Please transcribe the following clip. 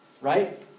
Right